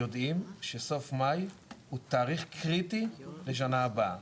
יודעים שסוף מאי הוא תאריך קריטי לשנה הבאה,